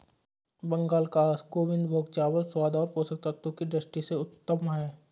बंगाल का गोविंदभोग चावल स्वाद और पोषक तत्वों की दृष्टि से उत्तम है